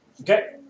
Okay